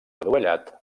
adovellat